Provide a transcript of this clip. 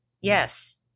Yes